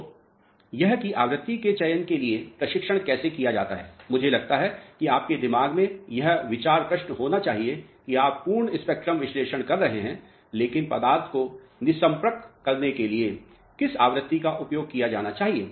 तो यह है कि आवृत्ति के चयन के लिए प्रशिक्षण कैसे किया जाता है मुझे लगता है कि आपके दिमाग में यह विचार प्रश्न होना चाहिए कि आप पूर्ण स्पेक्ट्रम विश्लेषण कर रहे हैं लेकिन पदार्थ को निस्र्पक करने के लिए किस आवृत्ति का उपयोग किया जाना चाहिए